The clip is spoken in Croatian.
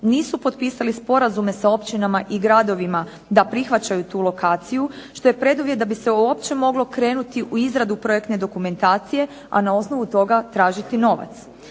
nisu potpisali sporazume sa općinama i gradovima da prihvaćaju tu lokaciju, što je preduvjet da bi se uopće moglo krenuti u izradu projektne dokumentacije, a na osnovu toga tražiti novac.